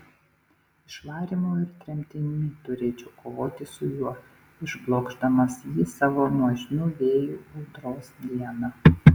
išvarymu ir tremtimi turėčiau kovoti su juo išblokšdamas jį savo nuožmiu vėju audros dieną